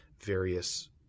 various